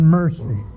mercy